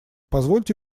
позвольте